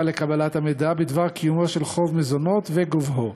לקבלת המידע בדבר קיומו של חוב מזונות וגובהו,